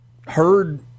heard